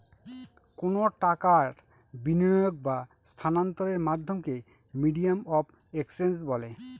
কোনো টাকার বিনিয়োগ বা স্থানান্তরের মাধ্যমকে মিডিয়াম অফ এক্সচেঞ্জ বলে